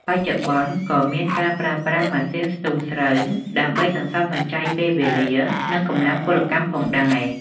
បច្ចុប្បន្ន ក៏មានការប្រើប្រាស់ម៉ាស៊ីនស្ទូងស្រូវ ដើម្បីសន្សំសំចៃពេលវេលា និងកម្លាំងពលកម្មផងដែរ។